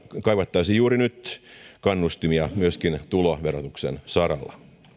kaivattaisiin juuri nyt kannustimia myöskin tuloverotuksen saralla